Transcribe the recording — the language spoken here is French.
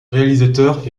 réalisateur